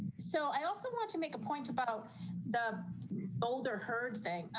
so i also want to make a point about the older heard thing.